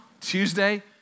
Tuesday